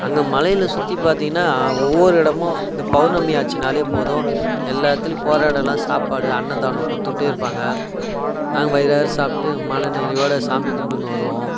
அங்க மலையில் சுற்றி பார்த்தீங்கன்னா ஒவ்வொரு இடமும் இந்த பௌர்ணமி ஆச்சுன்னாலே போதும் எல்லாத்துலேயும் போகிற இடோலாம் சாப்பாடு அன்னதானம் கொடுத்துட்டே இருப்பாங்க நாங்கள் வயிறார சாப்பிட்டு மன நிறைவோடு சாமி கும்பிட்டுன்னு வருவோம்